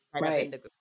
right